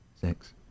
six